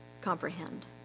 comprehend